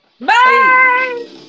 Bye